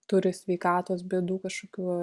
turi sveikatos bėdų kažkokių